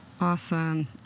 Awesome